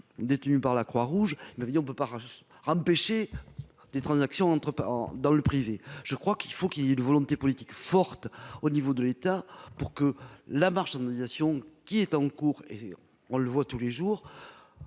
détenu par la Croix-Rouge, il m'avait dit : on ne peut pas rage empêcher des transactions entre dans le privé, je crois qu'il faut qu'il y a une volonté politique forte au niveau de l'État pour que la marche marchandisation qui est en cours et on le voit tous les jours